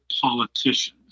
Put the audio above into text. politicians